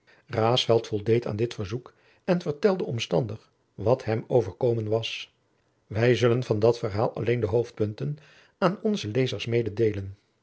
voldeed aan dit verzoek en vertelde omstandig wat hem overkomen was wij zullen van dat verhaal alleen de hoofdpunten aan onze lezers mededeelen